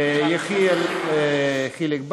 יחיאל חיליק בר,